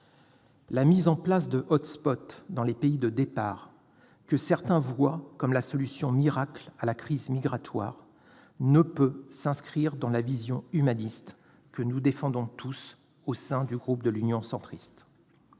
La mise en place de « hot spots » dans les pays de départ, que certains voient comme la solution miracle à la crise migratoire, ne peut s'inscrire dans la vision humaniste que nous défendons tous au sein du groupe Union Centriste.